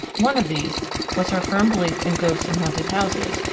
one of these was her firm belief in ghosts and haunted houses,